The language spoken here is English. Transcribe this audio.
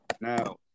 Now